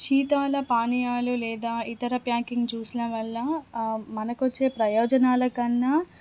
శీతల పానీయాలు లేదా ఇతర ప్యాకింగ్ జ్యూస్ల వల్ల మనకు వచ్చే ప్రయోజనాల కన్నా